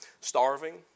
starving